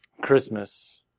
Christmas